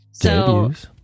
Debuts